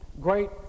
Great